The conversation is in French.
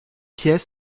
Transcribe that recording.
pièces